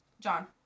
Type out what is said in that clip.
John